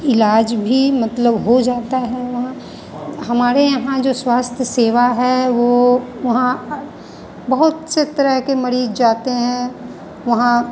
इलाज भी मतलब हो जाता है वहाँ हमारे यहाँ जो स्वास्थ्य सेवा है वो वहाँ बहुत से तरह के मरीज जाते हैं वहाँ